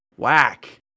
Whack